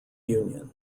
union